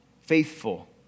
faithful